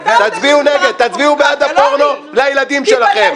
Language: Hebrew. תצביעו נגד, תצביעו בעד הפורנו והילדים שלכם.